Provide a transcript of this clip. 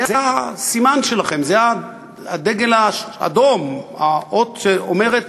זה הסימן שלכם, זה הדגל האדום, האות שאומר: